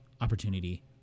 Opportunity